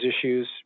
issues